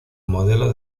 modelo